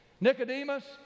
Nicodemus